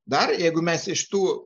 dar jeigu mes iš tų